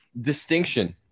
distinction